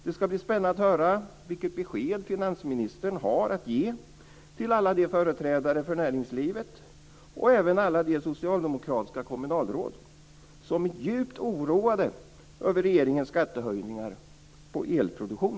Det ska bli spännande att höra vilket besked finansministern har att ge till alla de företrädare för näringslivet och även till alla de socialdemokratiska kommunalråd som är djupt oroade över regeringens skattehöjningar på elproduktion.